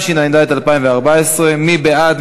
17), התשע"ד 2014. מי בעד?